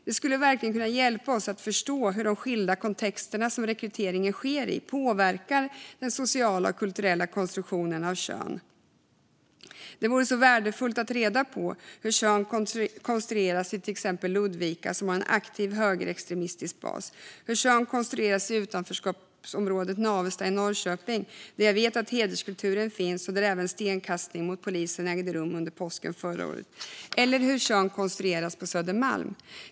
Det skulle verkligen kunna hjälpa oss att förstå hur de skilda kontexter som rekryteringen sker i påverkar den sociala och kulturella konstruktionen av kön. Det vore mycket värdefullt att få reda på hur kön konstrueras i till exempel Ludvika, som har en aktiv högerextremistisk bas, eller i utanförskapsområdet Navestad i Norrköping, där jag vet att hederskulturen finns och där det även förekom stenkastning mot polisen under påsken förra året - eller hur kön konstrueras på Södermalm.